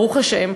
ברוך השם,